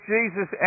Jesus